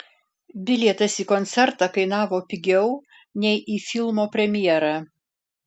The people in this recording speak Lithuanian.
bilietas į koncertą kainavo pigiau nei į filmo premjerą